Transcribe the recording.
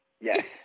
Yes